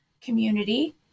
community